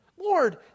Lord